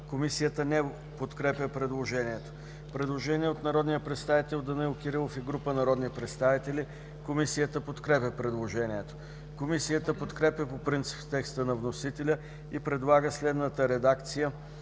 Комисията не подкрепя предложението. Предложение от народния представител Данаил Кирилов и група народни представители. Комисията подкрепя предложението. Комисията подкрепя по принцип текста на вносителя и предлага следната редакция